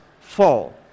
fall